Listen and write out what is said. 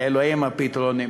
לאלוהים הפתרונים,